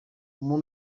umuntu